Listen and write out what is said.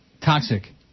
Toxic